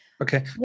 Okay